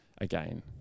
again